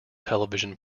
television